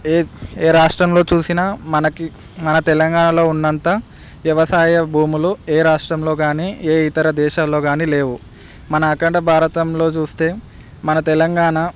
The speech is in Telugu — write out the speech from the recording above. ఏ ఏ రాష్ట్రంలో చూసిన మనకి మన తెలంగాణలో ఉన్నంత వ్యవసాయ భూములు ఏ రాష్ట్రంలో కాని ఏ ఇతర దేశాల్లో కాని లేవు మన అఖండ భారతంలో చూస్తే మన తెలంగాణ